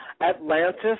Atlantis